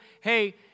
hey